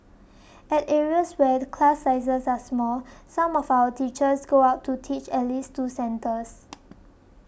at areas where class sizes are small some of our teachers go out to teach at least two centres